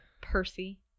Percy